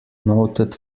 noted